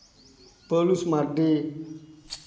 Paulus Mardi